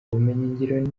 ubumenyingiro